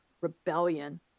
rebellion